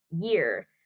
year